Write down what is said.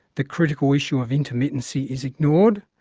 the critical issue of intermittency is ignored,